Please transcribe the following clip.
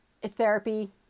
therapy